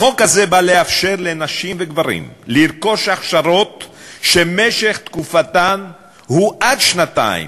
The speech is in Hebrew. החוק הזה בא לאפשר לנשים וגברים לרכוש הכשרות שמשך תקופתן הוא עד שנתיים